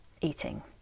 eating